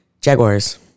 Jaguars